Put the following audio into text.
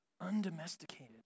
undomesticated